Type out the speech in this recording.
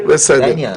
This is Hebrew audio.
זה העניין.